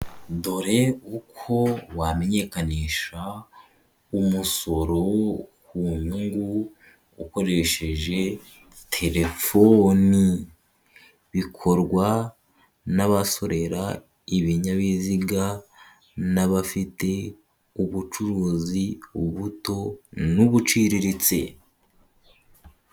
Dore uko wamenyekanisha umusoro ku nyungu ukoresheje telefoni, bikorwa n'abasorera ibinyabiziga n'abafite ubucuruzi, ubuto n'ubuciriritse.